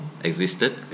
existed